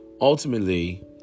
ultimately